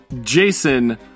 Jason